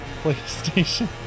PlayStation